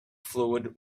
fluid